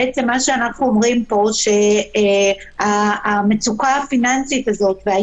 לכן השארנו בצד את הסמכות להיפרד מחוזים